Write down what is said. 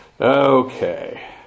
Okay